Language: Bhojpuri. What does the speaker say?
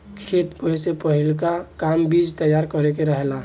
खेत बोए से पहिलका काम बीज तैयार करे के रहेला